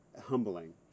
humbling